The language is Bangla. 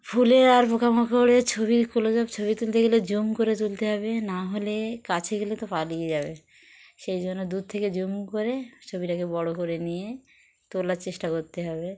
ফুলের আর পোকামাকড়ের ছবিগুলো সব ছবি তুলতে গেলে জুম করে তুলতে হবে না হলে কাছে গেলে তো পালিয়ে যাবে সেই জন্য দূর থেকে জুম করে ছবিটাকে বড় করে নিয়ে তোলার চেষ্টা করতে হবে